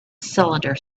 cylinder